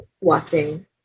watching